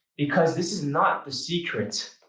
because this is not the secret.